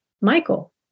Michael